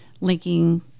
linking